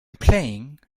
playing